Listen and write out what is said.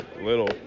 little